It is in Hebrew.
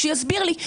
שיסביר לי.